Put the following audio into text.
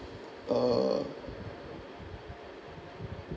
uh